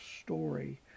story